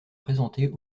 présentés